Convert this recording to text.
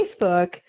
Facebook